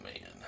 man